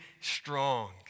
strong